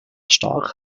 stark